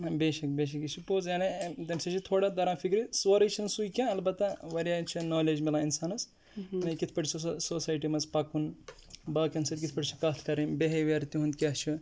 بیشَک بیشَک یہِ چھُ پوٚز یعنی تَمہِ سۭتۍ چھُ تھوڑا تَران فِکرِ سورُے چھُنہٕ سُے کینٛہہ اَلبَتہ واریاہ چھِ نالیج مِلان اِنسانَس یعنی کِتھ پٲٹھۍ چھُ آسان سوسایٹی مَنٛز پَکُن باقیَن سۭتۍ کِتھ پٲٹھۍ چھِ کتھ کَرٕنۍ بِہیویَر تِہُنٛد کیاہ چھُ